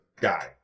guy